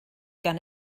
gan